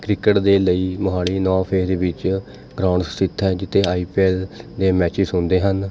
cricket ਦੇ ਲਈ ਮੋਹਾਲੀ ਨੌ ਫੇਸ ਦੇ ਵਿੱਚ ਗਰਾਊਂਡ ਸਥਿਤ ਹੈ ਜਿੱਥੇ ਆਈ ਪੀ ਐੱਲ ਦੇ ਮੈਚਿਸ ਹੁੰਦੇ ਹਨ